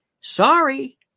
Sorry